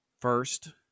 first